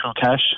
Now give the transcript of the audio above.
cash